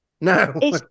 No